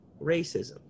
racism